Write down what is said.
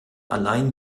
allein